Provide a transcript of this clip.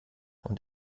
und